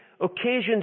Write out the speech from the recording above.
occasions